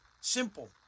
Simple